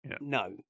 No